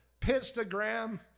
Pinstagram